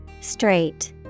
Straight